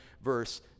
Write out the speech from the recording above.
verse